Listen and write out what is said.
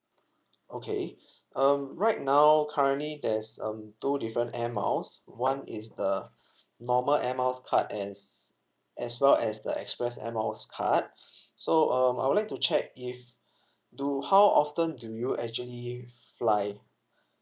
okay um right now currently there's um two different air miles one is the normal air miles card as as well as the express air miles card so um I would like to check if do how often do you actually fly